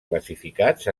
classificats